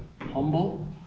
humble